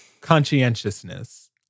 conscientiousness